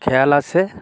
খেয়াল আছে